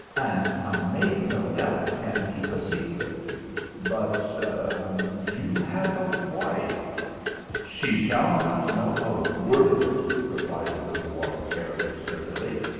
and i make no doubt can keep a secret but you have a wife she shall not know a word of it! replied the little water-carrier sturdily.